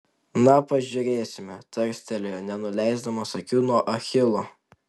na pažiūrėsime tarstelėjo nenuleisdamas akių nuo achilo